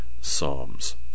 psalms